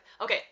Okay